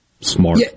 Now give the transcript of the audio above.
smart